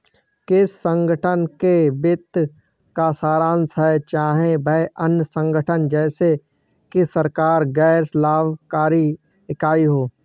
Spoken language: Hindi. किसी संगठन के वित्तीय का सारांश है चाहे वह अन्य संगठन जैसे कि सरकारी गैर लाभकारी इकाई हो